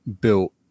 built